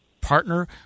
partner